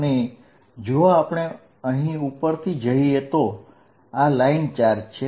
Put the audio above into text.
અને જો આપણે અહીં ઉપરથી જોઈએ તો આ લાઈન ચાર્જ છે